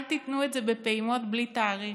אל תיתנו זה בפעימות בלי תאריך.